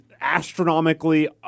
astronomically